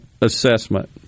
assessment